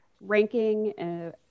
ranking